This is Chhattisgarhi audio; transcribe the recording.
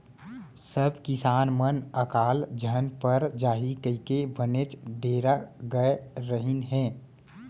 सब किसान मन अकाल झन पर जाही कइके बनेच डेरा गय रहिन हें